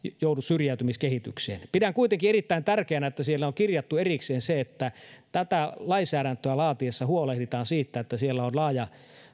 joudu syrjäytymiskehitykseen pidän kuitenkin erittäin tärkeänä että siellä on kirjattu erikseen se että tätä lainsäädäntöä laadittaessa huolehditaan siitä että nuorilla on laaja